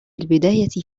البداية